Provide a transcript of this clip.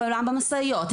הובלה במשאיות,